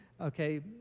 Okay